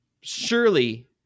surely